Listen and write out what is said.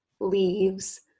leaves